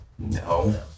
No